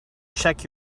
check